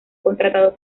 contratado